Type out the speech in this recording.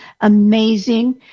amazing